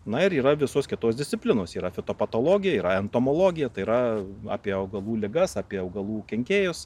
na ir yra visos kitos disciplinos yra fitopatologija yra entomologija tai yra apie augalų ligas apie augalų kenkėjus